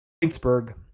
Pittsburgh